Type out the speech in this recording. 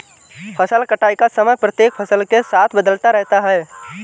फसल कटाई का समय प्रत्येक फसल के साथ बदलता रहता है